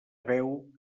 veu